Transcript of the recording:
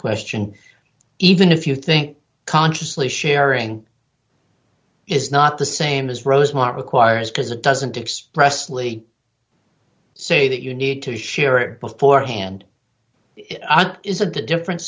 question even if you think consciously sharing is not the same as rosemont requires because it doesn't express lee say that you need to share it beforehand it is a differen